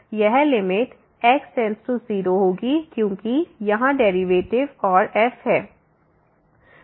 यह limit x→0 होगी क्योंकि यहाँ डेरिवेटिव और f है